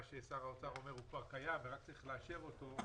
ששר האוצר אומר הוא כבר קיים ורק צריך לאשר אותו,